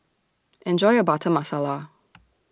Enjoy your Butter Masala